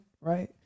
right